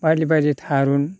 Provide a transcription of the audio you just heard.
बायदि बायदि थारुन